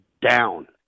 down